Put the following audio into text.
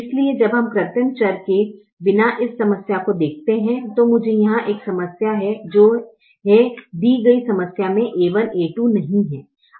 इसलिए जब हम कृत्रिम चर के बिना इस समस्या को देखते हैं तो मुझे यहाँ एक समस्या है जो है दी गई समस्या जिसमें a1 a2 नहीं है